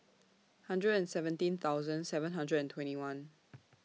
hundred and seventeen thousand seven hundred and twenty one